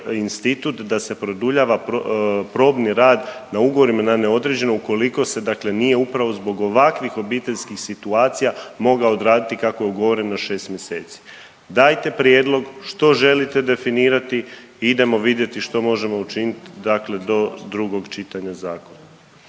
institut da se produljava probni rad na ugovorima na neodređeno ukoliko dakle nije upravo zbog ovakvih obiteljskih situacija mogao odraditi kako je ugovoreno, 6 mjeseci. Dajte prijedlog što želite definirati i idemo vidjeti što možemo učiniti dakle do drugog čitanja Zakona.